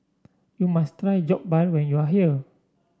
you must try Jokbal when you are here